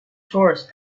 tourists